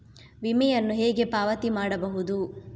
ವಿಮೆಯನ್ನು ಹೇಗೆ ಪಾವತಿ ಮಾಡಬಹುದು?